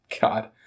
God